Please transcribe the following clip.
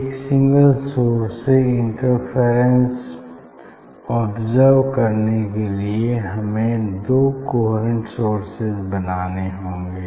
एक single source से interference observe करने के लिए हमें दो कोहेरेंट सोर्सेज बनाने होंगे